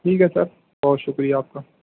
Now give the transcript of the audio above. ٹھیک ہے سر بہت شکریہ آپ کا